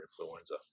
influenza